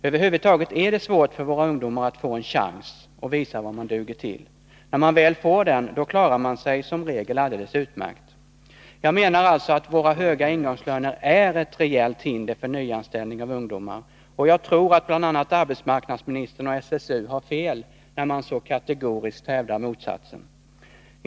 Över huvud taget är det svårt för våra ungdomar att få en chans att visa vad de duger till. När de väl fått den chansen, klarar de sig i regel alldeles utmärkt. Jag menar alltså att våra höga ingångslöner är ett reellt hinder för nyanställning av ungdomar, och jag tror att bl.a. arbetsmarknadsministern och SSU har fel när de så kategoriskt hävdar motsatsen.